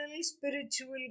spiritual